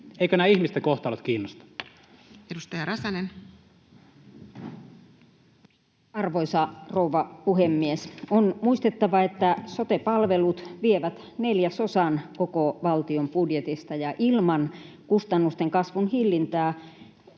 Eivätkö nämä ihmisten kohtalot kiinnosta? Edustaja Räsänen. Arvoisa rouva puhemies! On muistettava, että sote-palvelut vievät neljäsosan koko valtion budjetista, ja ilman kustannusten kasvun hillintää